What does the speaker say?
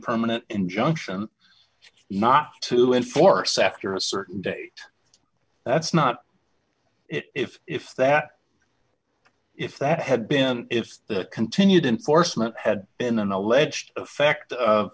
permanent injunction not to enforce after a certain date that's not if if that if that had been if the continued in force and had been an alleged effect of